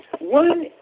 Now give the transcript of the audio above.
one